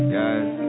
guys